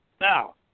Now